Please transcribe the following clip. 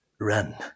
Run